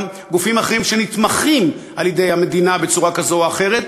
גם גופים אחרים שנתמכים על-ידי המדינה בצורה כזאת או אחרת,